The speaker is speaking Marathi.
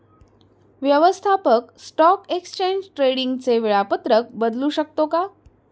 व्यवस्थापक स्टॉक एक्सचेंज ट्रेडिंगचे वेळापत्रक बदलू शकतो का?